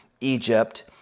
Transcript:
Egypt